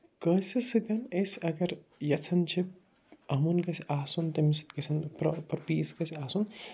کٲنٛسہِ سۭتٮ۪ن أسۍ اگر یَژھان چھِ اَمُن گَژھِ آسُن تٔمِس گَژھن پراپر پیٖس گَژھِ آسُن